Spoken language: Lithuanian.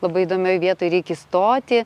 labai įdomioj vietoj reik įstoti